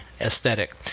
aesthetic